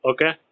Okay